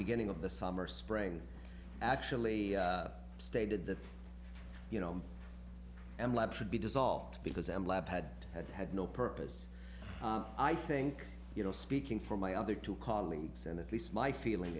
beginning of the summer spring actually stated that you know and love should be dissolved because m lab had had no purpose i think you know speaking for my other two colleagues and at least my feeling